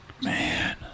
Man